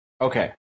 Okay